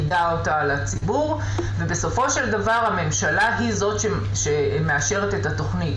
בשביל הדבר הזה יצטרכו לעשות תכנית